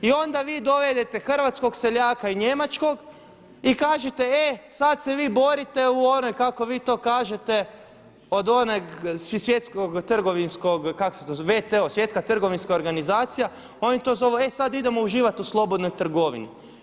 I onda vi dovedene hrvatskog seljaka i njemačkog i kažete e sada se vi borite u onoj kako vi to kažete od onog svjetskog, trgovinskog, kako se to kaže WTO, Svjetska trgovinska organizacija, oni to zovu e sada idemo uživat u slobodnoj trgovini.